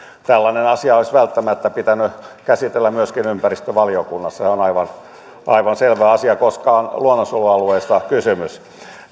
tällainen asia olisi välttämättä pitänyt käsitellä myöskin ympäristövaliokunnassa se on aivan aivan selvä asia koska on luonnonsuojelualueista kysymys